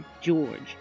George